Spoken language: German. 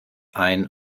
ein